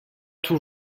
tout